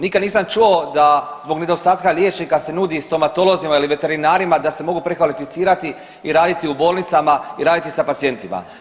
Nikad nisam čuo da zbog nedostatka liječnika se nudi stomatolozima ili veterinarima da se mogu prekvalificirati i raditi u bolnicama i raditi sa pacijentima.